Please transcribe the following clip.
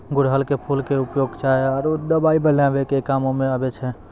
गुड़हल के फूल के उपयोग चाय आरो दवाई बनाय के कामों म आबै छै